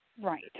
Right